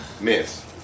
miss